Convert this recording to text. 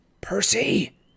Percy